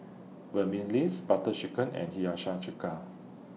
Butter Chicken and Hiyashi Chuka